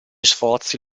sforzi